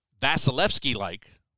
Vasilevsky-like